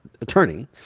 attorney